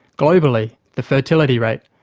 globally, the fertility rate,